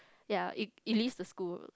ya it it leaves the school